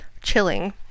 chilling